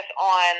on